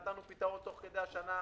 נתנו פתרון תוך כדי השנה,